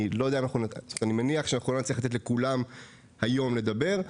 אני מניח שלא נצליח לתת לכולם היום לדבר,